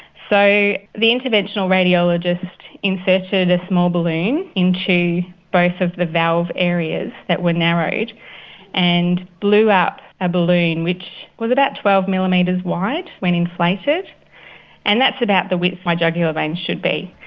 the interventional radiologist inserted a small balloon into both of the valve areas that were narrowed and blew up a balloon which was about twelve millimetres wide when inflated and that's about the width my jugular vein should be.